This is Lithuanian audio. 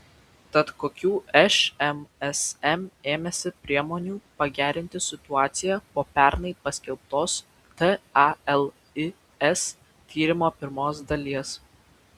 tad kokių šmsm ėmėsi priemonių pagerinti situaciją po pernai paskelbtos talis tyrimo pirmos dalies